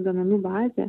duomenų bazė